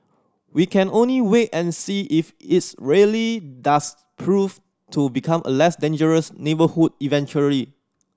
we can only wait and see if its really does prove to become a less dangerous neighbourhood eventually